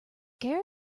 care